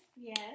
Yes